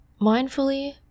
mindfully